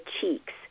cheeks